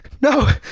no